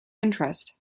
interest